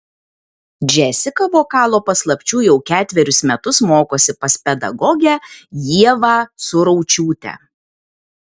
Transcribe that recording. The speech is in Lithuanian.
džesika vokalo paslapčių jau ketverius metus mokosi pas pedagogę ievą suraučiūtę